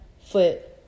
foot